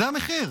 זה המחיר,